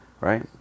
right